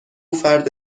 فرد